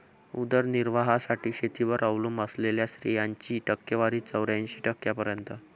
उदरनिर्वाहासाठी शेतीवर अवलंबून असलेल्या स्त्रियांची टक्केवारी चौऱ्याऐंशी टक्क्यांपर्यंत